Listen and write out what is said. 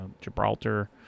Gibraltar